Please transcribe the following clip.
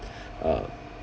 uh